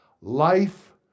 life